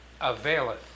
availeth